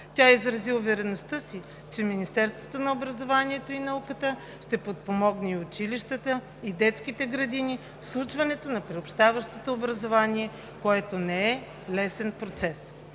Тя изрази увереността си, че Министерството на образованието и науката ще подпомогне и училищата, и детските градини в случването на приобщаващото образование, което не е лесен процес.